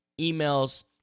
emails